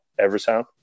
Eversound